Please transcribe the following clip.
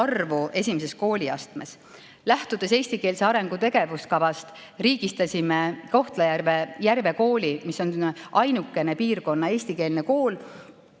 arvu esimeses kooliastmes. Lähtudes eestikeelse [hariduse] arengu tegevuskavast riigistasime Kohtla-Järve Järve Kooli, mis on ainukene piirkonna eestikeelne kool.